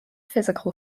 physical